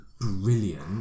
brilliant